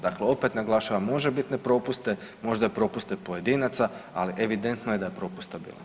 Dakle opet naglašavam možebitne propuste, možda i propuste pojedinaca, ali evidentno je da je propusta bilo.